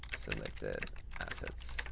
selected assets.